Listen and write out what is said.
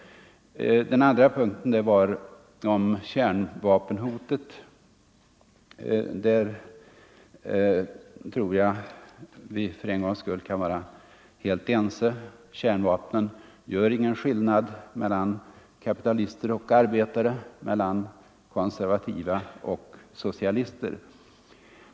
Den andra punkten rörde kärnvapenhotet. Där tror jag att vi för en gångs skull kan vara helt ense: kärnvapen gör ingen skillnad mellan kapitalister och arbetare, mellan konservativa och socialister.